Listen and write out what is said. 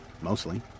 mostly